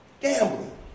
Gambling